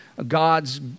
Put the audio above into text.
God's